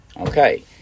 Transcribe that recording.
Okay